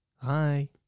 hi